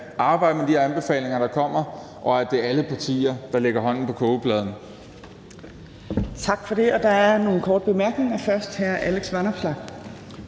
arbejde med de her anbefalinger, der kommer, og sørge for, at det er alle partier, der lægger hånden på kogepladen.